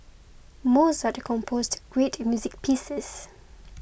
Mozart composed great music pieces